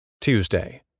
Tuesday